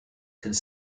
could